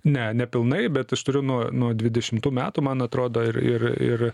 ne nepilnai bet aš turiu nuo nuo dvidešimtų metų man atrodo ir ir ir